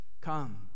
Come